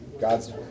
God's